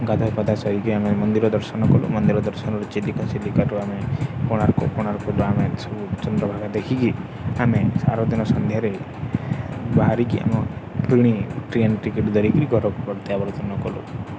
ଗାଧାପାଧା ସରିକି ଆମେ ମନ୍ଦିର ଦର୍ଶନ କଲୁ ମନ୍ଦିର ଦର୍ଶନରୁ ଚିଲିକା ଚିଲିକାଠୁ ଆମେ କୋଣାର୍କ କୋଣାର୍କରୁ ଆମେ ସବୁ ଚନ୍ଦ୍ରଭାଗା ଦେଖିକି ଆମେ ଆର ଦିନ ସନ୍ଧ୍ୟାରେ ବାହାରିକି ଆମ ପୁଣି ଟ୍ରେନ୍ ଟିକେଟ୍ ଧରିକରି ଘରକୁ ପ୍ରତ୍ୟାବର୍ତ୍ତନ କଲୁ